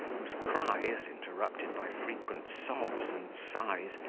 whose cries, interrupted by frequent sobs and sighs,